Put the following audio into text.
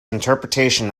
interpretation